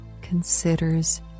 considers